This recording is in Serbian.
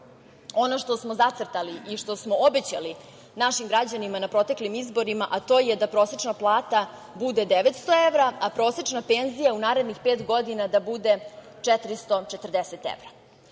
ono što smo zacrtali i što smo obećali našim građanima na proteklim izborima, a to je da prosečna plata bude 900 evra, a prosečna penzija u narednih pet godina da bude 440 evra. Kao